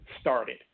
started